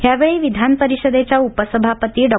यावेळी विधान परिषदेच्या उपसभापती डॉ